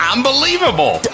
Unbelievable